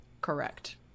Correct